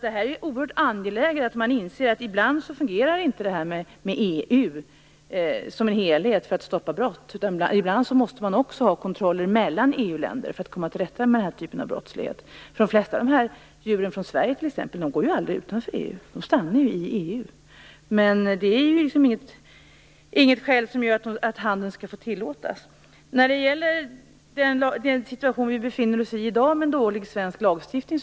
Det är oerhört angeläget att man inser att EU ibland inte fungerar som en helhet för att stoppa brott. Man måste också ha kontroller mellan EU-länder för att komma till rätta med den här typen av brottslighet. De flesta av djuren från Sverige går t.ex. aldrig utanför EU. De stannar i EU. Men det är inget skäl för att handeln skall tillåtas. Vi har i dag en dålig svensk lagstiftning.